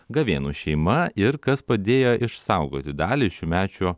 gavėnų šeima ir kas padėjo išsaugoti dalį šiųmečio